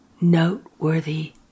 noteworthy